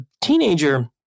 teenager